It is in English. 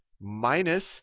minus